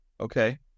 okay